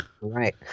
right